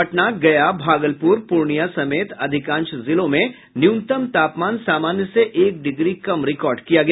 पटना गया भागलपुर पूर्णिया समेत अधिकांश जिलों में न्यूनतम तापमान समान्य से एक डिग्री कम रिकॉर्ड किया गया